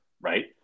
right